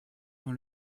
dans